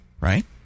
right